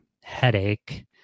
headache